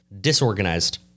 disorganized